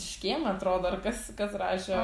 škėma atrodo ar kas kas rašė